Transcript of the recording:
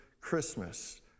Christmas